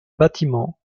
bâtiment